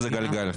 שזה גלגל,